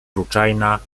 ruczajna